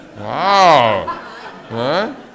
Wow